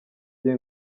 gihe